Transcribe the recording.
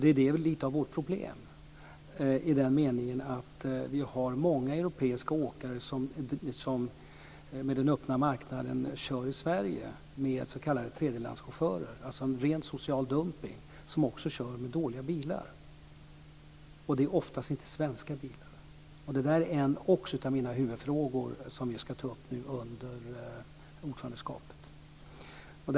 Detta är lite av vårt problem i den meningen att med den öppna marknaden finns det många europeiska åkare som kör i Sverige med s.k. tredje-lands-chaufförer. Det är alltså en ren social dumpning. De kör också med dåliga bilar. Det är oftast inte svenska bilar. Det är också en av mina huvudfrågor som vi ska ta upp under ordförandeperioden.